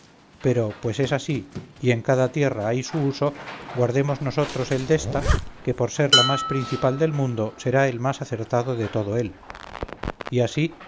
pero pues así es y en cada tierra hay su uso guardemos nosotros el désta que por ser la más principal del mundo será el más acertado de todo él y así